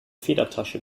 federtasche